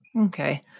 Okay